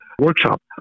workshop